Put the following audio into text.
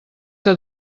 que